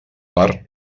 per